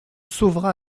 sauvera